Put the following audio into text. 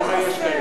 לא חסר.